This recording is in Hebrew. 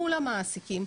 מול המעסיקים,